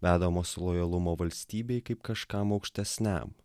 vedamos lojalumo valstybei kaip kažkam aukštesniam